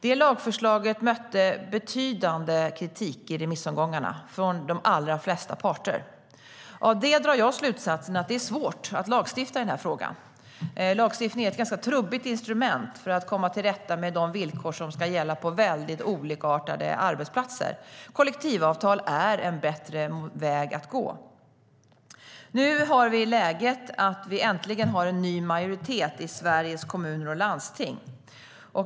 Det lagförslaget mötte betydande kritik i remissomgångarna från de allra flesta parter. Av det drar jag slutsatsen att det är svårt att lagstifta i den här frågan. Lagstiftning är ett ganska trubbigt instrument för att komma till rätta med de villkor som ska gälla på väldigt olikartade arbetsplatser. Kollektivavtal är en bättre väg att gå. Nu har vi äntligen en ny majoritet i Sveriges Kommuner och Landsting.